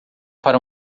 para